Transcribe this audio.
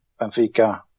Benfica